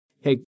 Hey